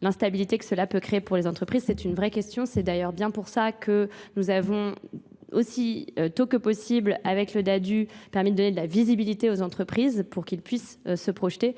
l'instabilité que cela peut créer pour les entreprises, c'est une vraie question. C'est d'ailleurs bien pour ça que nous avons aussi tôt que possible, avec le DADU, permis de donner de la visibilité aux entreprises pour qu'ils puissent se projeter,